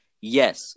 yes